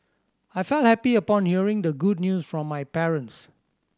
I felt happy upon hearing the good news from my parents